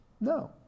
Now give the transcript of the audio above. No